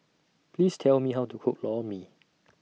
Please Tell Me How to Cook Lor Mee